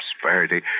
prosperity